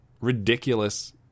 ridiculous